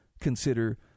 consider